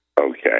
Okay